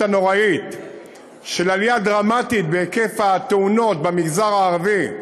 הנוראית של עלייה דרמטית בהיקף התאונות במגזר הערבי,